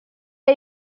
hai